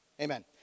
Amen